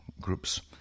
groups